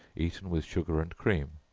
eaten with sugar and cream.